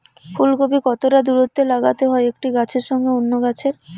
ফুলকপি কতটা দূরত্বে লাগাতে হয় একটি গাছের সঙ্গে অন্য গাছের?